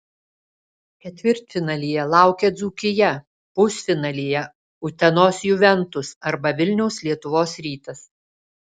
ketvirtfinalyje laukia dzūkija pusfinalyje utenos juventus arba vilniaus lietuvos rytas